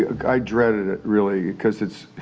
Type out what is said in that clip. ah i dreaded it really because it's.